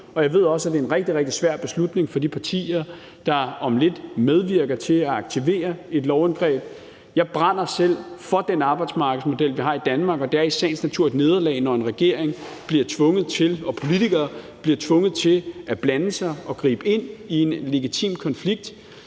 og jeg ved også, at det er en rigtig, rigtig svær beslutning for de partier, der om lidt medvirker til at aktivere et lovindgreb. Jeg brænder selv for den arbejdsmarkedsmodel, vi har i Danmark, og det er i sagens natur et nederlag, når en regering og politikere bliver tvunget til at blande sig og gribe ind i en legitim konflikt,